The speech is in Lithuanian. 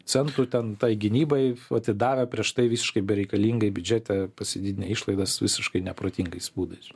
centų ten tai gynybai atidavę prieš tai visiškai bereikalingai biudžete pasididinę išlaidas visiškai neprotingais būdais